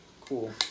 Cool